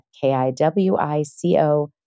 K-I-W-I-C-O